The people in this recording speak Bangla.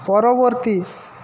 পরবর্তী